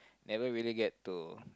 never really get to